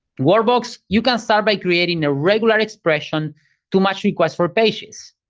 workbox, you can start by creating a regular expression to match request for pages.